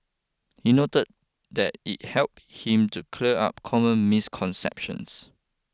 he noted that it help him to clear up common misconceptions